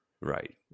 Right